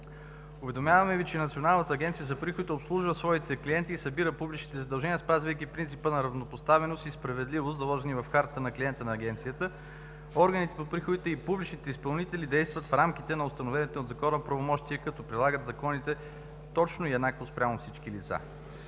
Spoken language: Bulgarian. Уведомяваме Ви, че Националната агенция за приходите обслужва своите клиенти и събира публичните задължения, спазвайки принципа на равнопоставеност и справедливост, заложени в картата на клиента на Агенцията. Органите по приходите и публичните изпълнители действат в рамките на установените от закона правомощия, като прилагат законите точно и еднакво спрямо всички лица.